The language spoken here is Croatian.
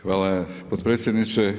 Hvala potpredsjedniče.